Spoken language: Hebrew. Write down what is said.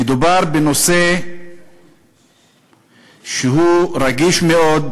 מדובר בנושא שהוא רגיש מאוד,